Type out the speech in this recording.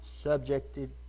subjected